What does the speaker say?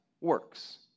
works